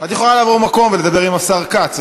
את יכולה לעבור מקום ולדבר עם השר כץ,